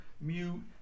mute